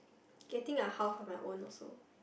getting a house of my own also